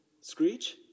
Screech